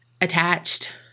attached